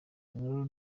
inkuru